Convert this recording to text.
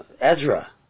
Ezra